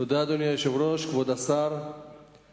אדוני היושב-ראש, פורסם